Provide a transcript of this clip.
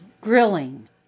Grilling